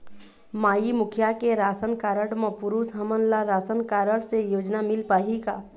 माई मुखिया के ration card म पुरुष हमन ला राशन कारड से योजना मिल पाही का?